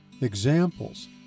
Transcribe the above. Examples